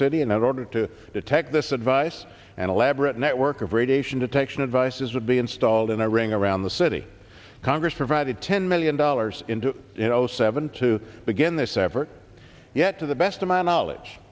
in order to detect this advice an elaborate network of radiation detection devices would be installed in a ring around the city congress provided ten million dollars into you know seven to begin this effort yet to the best of my knowledge